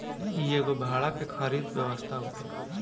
इ एगो भाड़ा के खरीद व्यवस्था होखेला